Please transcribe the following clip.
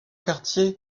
quartiers